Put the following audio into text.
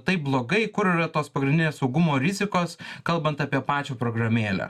taip blogai kur yra tos pagrindinės saugumo rizikos kalbant apie pačią programėlę